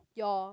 your